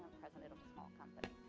president of a small company.